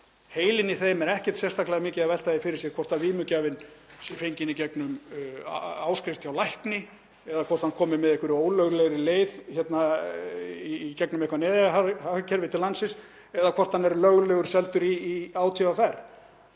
Heilinn í þeim er ekkert sérstaklega mikið að velta því fyrir sér hvort vímugjafinn sé fenginn í gegnum áskrift hjá lækni eða hvort hann komi með einhverri ólöglegri leið í gegnum neðanjarðarhagkerfi til landsins eða hvort hann er löglega seldur í ÁTVR.